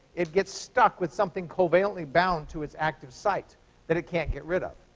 it gets stuck with something covalently bound to its active site that it can't get rid of.